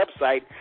website